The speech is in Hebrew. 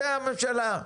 זאת הממשלה.